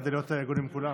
רק כדי להיות הגון עם כולם.